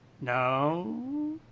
No